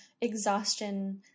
exhaustion